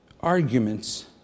Arguments